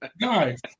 guys